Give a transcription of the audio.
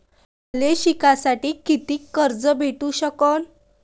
मले शिकासाठी कितीक कर्ज भेटू सकन?